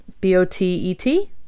B-O-T-E-T